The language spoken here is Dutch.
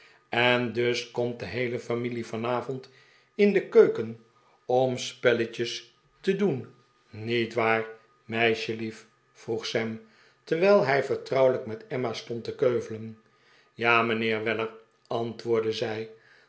en dus komt de heele familie vanavond in de keuken om spelletjes te doen niet l d e pickwick club waar meisjelief v'roeg sam terwijl hij vertrouwelijk met emma stond te keuvelenja mijnheer weller antwoordde zij